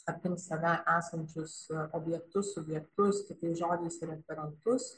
aplink save esančius objektus subjektus kitais žodžiais referentus